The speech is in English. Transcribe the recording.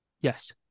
Yes